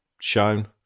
shown